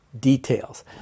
details